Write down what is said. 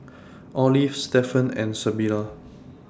Olive Stephen and Sybilla